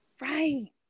Right